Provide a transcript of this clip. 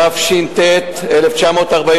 התש"ט 1949,